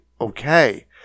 okay